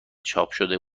چاپشده